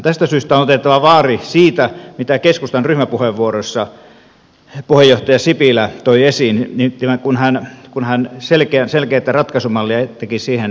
tästä syystä on otettava vaari siitä mitä keskustan ryhmäpuheenvuorossa puheenjohtaja sipilä toi esiin kun hän esitti siihen selkeätä ratkaisumallia